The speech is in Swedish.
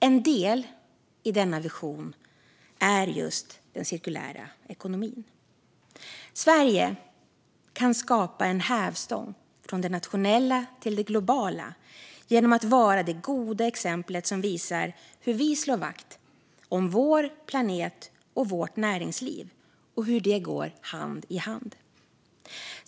En del i denna vision är just den cirkulära ekonomin. Sverige kan skapa en hävstång från det nationella till det globala genom att vara det goda exemplet som visar hur vi slår vakt om vår planet och vårt näringsliv och hur detta går hand i hand.